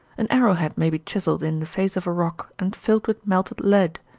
an arrow-head may be chiselled in the face of a rock and filled with melted lead.